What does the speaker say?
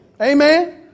Amen